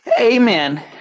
Amen